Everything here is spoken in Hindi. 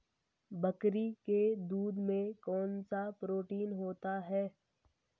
बकरी के दूध में कौनसा प्रोटीन होता है?